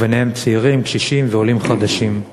וביניהם צעירים, קשישים ועולים חדשים.